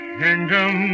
kingdom